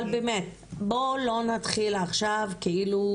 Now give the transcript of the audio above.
אבל באמת בואו לא נתחיל עכשיו כאילו